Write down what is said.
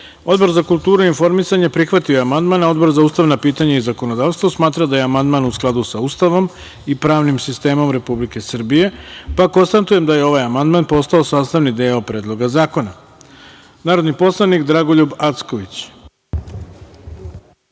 za kulturu i informisanje prihvatio je amandman, a Odbor za ustavna pitanje i zakonodavstvo smatra da je amandman u skladu sa Ustavom i pravnim sistemom Republike Srbije. Konstatujem da je ovaj amandman postao sastavni deo Predloga zakona. Reč ima Elvira Kovač. Izvolite.